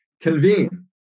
convene